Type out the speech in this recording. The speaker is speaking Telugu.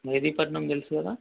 మెహదీపట్నం తెలుసు కదా